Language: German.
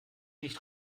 nicht